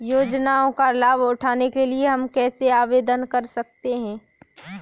योजनाओं का लाभ उठाने के लिए हम कैसे आवेदन कर सकते हैं?